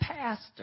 pastor